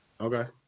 Okay